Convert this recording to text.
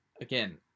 again